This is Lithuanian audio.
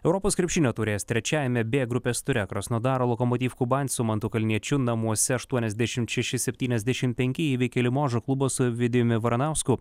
europos krepšinio taurės trečiajame b grupės ture krasnodaro lokomotiv kuban su mantu kalniečiu namuose aštuoniasdešimt šeši septyniasdešimt penki įveikė limožo klubas su ovidijumi varanausku